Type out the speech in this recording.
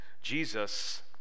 Jesus